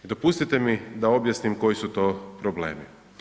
Dopustite mi da objasnim koji su to problemi.